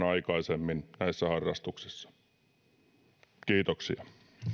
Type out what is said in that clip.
aikaisemmin näissä harrastuksissa kiitoksia